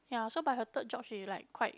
ya so by her third job she like quite